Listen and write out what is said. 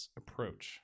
approach